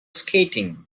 skating